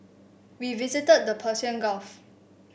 we visited the Persian Gulf